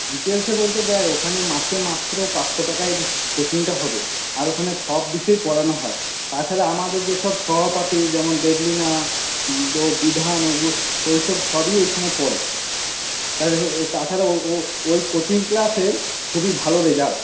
ডিটেলসে বলতে দেখ ওখানে মাসে মাত্র পাঁচশো টাকায় কোচিংটা হবে আর ওখানে সব বিষয়ে পড়ানো হয় তাছাড়া আমাদের যেসব সহপাঠি যেমন দেবলিনা বিধান ওইসব সবই ওইখানে পড়ে তাই তাছাড়া ওই কোচিং ক্লাসের খুবই ভালো রেজাল্ট